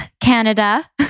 Canada